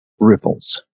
Ripples